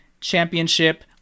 championship